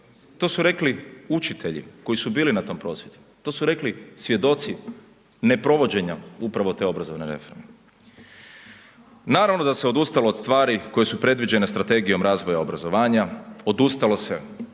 To su rekli učitelji koji su bili na tom prosvjedu. To su rekli svjedoci neprovođenja uprave te obrazovne reforme. Naravno da se odustalo od stvari koje su predviđene strategijom razvoja i obrazovanja, odustalo se